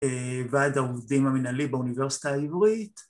ועד העובדים המנהלי באוניברסיטה העברית